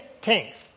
Tanks